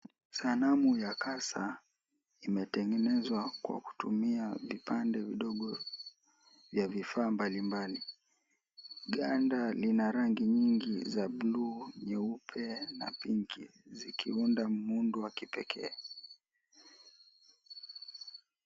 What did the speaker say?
Sanamu ya kasa imetengenezwa kwa kutumia vipande vidogo vya vifaa mbalimbali ganda lina rangi nyingi za bluu, nyeupe na pinki zikiunda muundo wa kipekee.